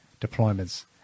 deployments